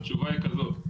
התשובה היא כזאת: